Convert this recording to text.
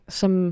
som